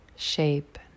shape